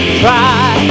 try